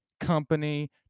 company